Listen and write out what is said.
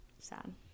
sad